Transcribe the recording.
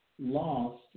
lost